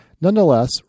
Nonetheless